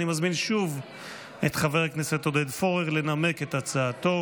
אני מזמין שוב את חבר הכנסת עודד פורר לנמק את הצעתו.